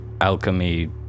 alchemy